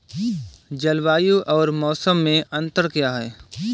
जलवायु और मौसम में अंतर क्या है?